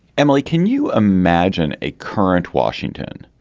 emily, can you imagine a current washington,